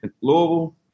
Louisville